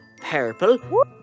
Purple